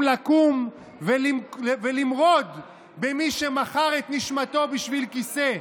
לקום ולמרוד במי שמכר את נשמתו בשביל כיסא,